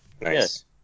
Nice